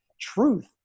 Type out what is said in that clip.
truth